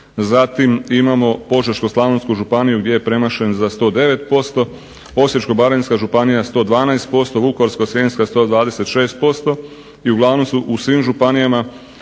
Zatim imamo Požeško-slavonsku županiju gdje je premašen za 109%, Osječko-baranjska županija 112%, Vukovarsko-srijemska 126% i uglavnom su u svim županijama